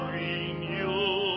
renew